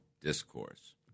discourse